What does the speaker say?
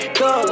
go